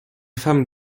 femme